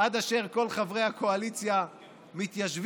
עד אשר כל חברי הקואליציה מתיישבים,